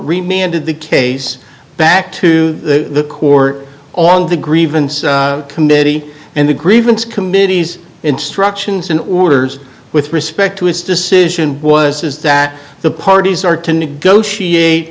remained in the case back to the court on the grievance committee and the grievance committees instructions and orders with respect to his decision was is that the parties are to negotiate